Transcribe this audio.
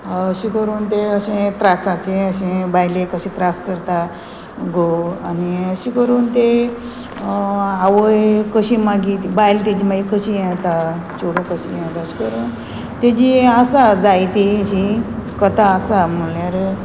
अशें करून तें अशें त्रासाचें अशें बायलेक कशें त्रास करता घोव आनी अशें करून तें आवय कशी मागीर बायल तेजी मागीर कशी हे जाता चेडूं कशी येता अशें करून तेजी आसा जायती अशी कथा आसा म्हणल्यार